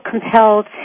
compelled